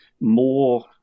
more